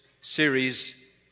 series